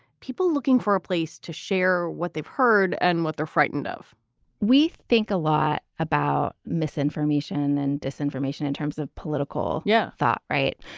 people looking for a place to share what they've heard and what they're frightened of we think a lot about misinformation and disinformation in terms of political. yeah. thought right.